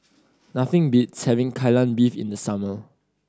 nothing beats having Kai Lan Beef in the summer